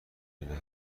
میره